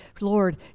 Lord